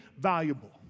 valuable